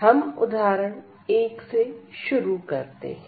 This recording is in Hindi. हम उदाहरण 1 से शुरू करते हैं